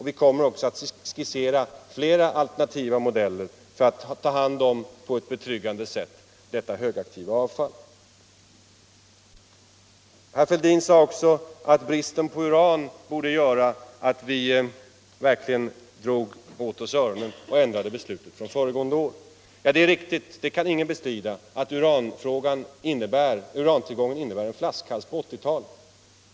Vi kommer också att skissera ett par alternativa modeller för att ta hand om detta högaktiva avfall på ett betryggande sätt. Herr Fälldin sade också att bristen på uran borde göra att vi verkligen drog åt oss öronen och ändrade beslutet från föregående år. Det är riktigt, ingen kan bestrida att urantillgången innebär en flaskhals på 1980-talet.